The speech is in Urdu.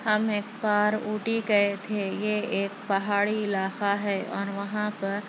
ہم ایک بار اُوٹی گئے تھے یہ ایک پہاڑی علاقہ ہے اور وہاں پر